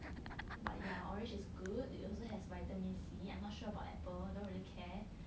but yeah orange is good it also has vitamin C I'm not sure about apple don't really care